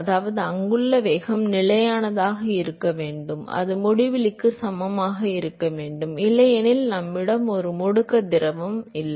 அதாவது அங்குள்ள வேகம் நிலையானதாக இருக்க வேண்டும் அது முடிவிலிக்கு சமமாக இருக்க வேண்டும் இல்லையெனில் நம்மிடம் ஒரு முடுக்கம் திரவம் இல்லை